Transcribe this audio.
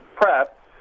prep